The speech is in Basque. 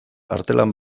artelan